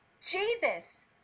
Jesus